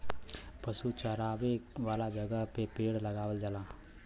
पशु चरावे वाला जगह पे पेड़ लगावल जाला